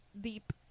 deep